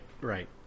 right